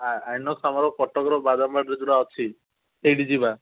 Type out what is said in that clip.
INOX ଆମର କଟକର ବାଦାମବାଡ଼ିରେ ଯେଉଁଟା ଅଛି ସେଇଠି ଯିବା